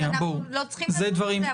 אנחנו לא צריכים לדון בזה אפילו.